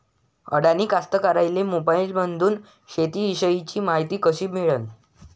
अडानी कास्तकाराइले मोबाईलमंदून शेती इषयीची मायती कशी मिळन?